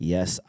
Yes